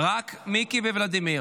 רק מיקי וולדימיר.